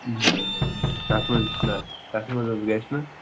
نہَ نہَ تَتھ منٛز چھِنا تَتھ منٛز حظ گَژھِ نہٕ